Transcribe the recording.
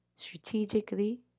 Strategically